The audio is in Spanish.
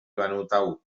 vanuatu